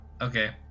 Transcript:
Okay